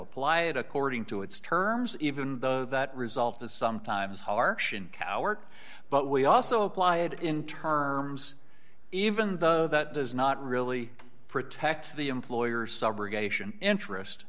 apply it according to its terms even though that result is sometimes harsh and coward but we also apply it in terms even though that does not really protect the employer's subrogation interest